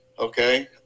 Okay